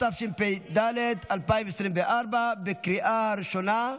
התשפ"ד 2024, בקריאה ראשונה.